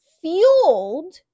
fueled